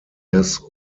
less